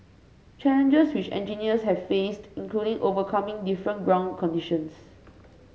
challenges which engineers have faced include overcoming different ground conditions